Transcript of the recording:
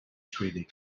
swyddi